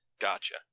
Gotcha